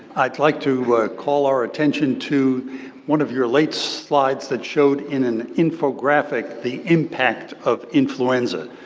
i'd like to call our attention to one of your late slides that showed in an infographic the impact of influenza.